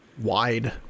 Wide